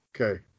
Okay